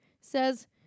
says